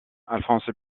alphonse